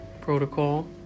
protocol